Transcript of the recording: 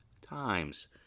times